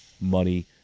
money